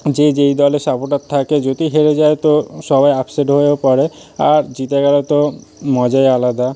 যে যেই দলের সাপোর্টার থাকে যদি হেরে যায় তো সবাই আপসেট হয়েও পড়ে আর জিতে গেলে তো মজাই আলাদা